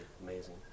amazing